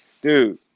dude